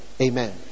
Amen